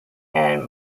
and